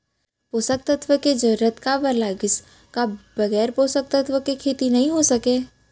पोसक तत्व के जरूरत काबर लगिस, का बगैर पोसक तत्व के खेती नही हो सके?